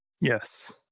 Yes